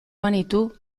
banitu